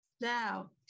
Now